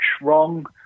wrong